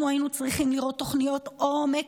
אנחנו היינו צריכים לראות תוכניות עומק